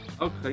Okay